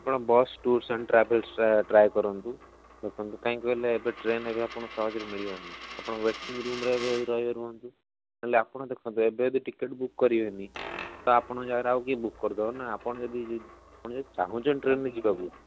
ଆପଣ ବସ୍ ଟ୍ରୁଲସ୍ ଆଣ୍ଡ ଟ୍ରାଭେଲ୍ସରେ ଟ୍ରାଏ କରନ୍ତୁ ଦେଖନ୍ତୁ କାହିଁକି କହିଲେ ଏବେ ଟ୍ରେନ୍ ଆପଣଙ୍କୁ ସହଜରେ ମିଳିବନି ଆପଣ ୱେଟିଙ୍ଗ ରୁମ୍ରେ ରହିବେ ଯଦି ରୁହନ୍ତୁ ତାହେଲେ ଆପଣ ଦେଖନ୍ତୁ ଏବେ ଯଦି ଟିକେଟ୍ ବୁକ୍ କରିବେନି ତ ଆପଣଙ୍କ ଜାଗାରେ ଆଉ କିଏ ବୁକ୍ କରିଦେବ ନା ତ ଆପଣ ଯଦି ଚାହୁଁଛନ୍ତି ଟ୍ରେନ୍ରେ ଯିବାକୁ